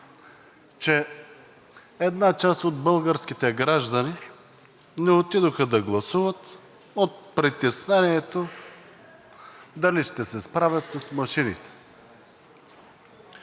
че една част от българските граждани не отидоха да гласуват от притеснението дали ще се справят с машините.